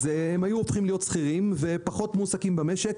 הם היו הופכים להיות שכירים ופחות מועסקים במשק.